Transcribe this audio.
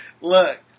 Look